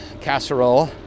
Casserole